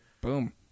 boom